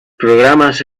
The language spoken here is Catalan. programes